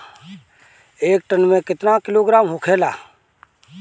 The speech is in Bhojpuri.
एक टन मे केतना किलोग्राम होखेला?